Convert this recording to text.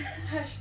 他